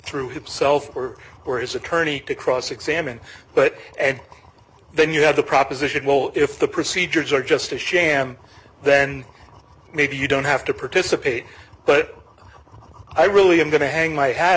through himself or or his attorney to cross examine but then you have the proposition well if the procedures are just a sham then maybe you don't have to participate but i really i'm going to hang my hat